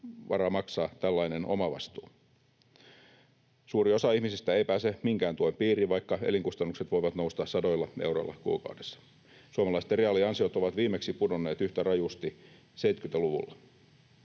varaa maksaa tällainen omavastuu? Suuri osa ihmisistä ei pääse minkään tuen piiriin, vaikka elinkustannukset voivat nousta sadoilla euroilla kuukaudessa. Suomalaisten reaaliansiot ovat viimeksi pudonneet yhtä rajusti 70-luvulla.